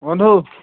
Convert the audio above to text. বন্ধু